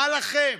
מה לכם?